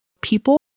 people